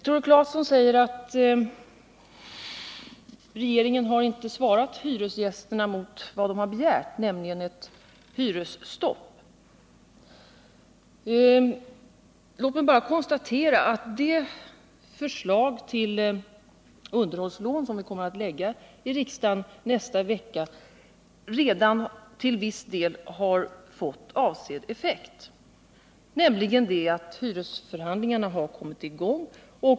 Tore Claeson säger att regeringen inte har ”svarat” hyresgästerna med vad de har begärt, nämligen ett hyresstopp. Låt mig då bara konstatera att det förslag till underhållslån som vi kommer att lägga fram i riksdagen nästa vecka till viss del redan har fått avsedd effekt, nämligen den att hyresförhandlingarna har kommit i gång.